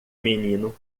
menino